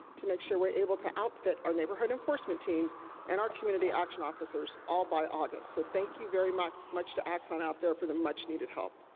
to make sure that we are able to outfit our neighborhood enforcement teams and our community action officers, all by august. so, thank you very much much to axon out there for the much-needed help.